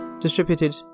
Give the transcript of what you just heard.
distributed